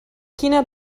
quina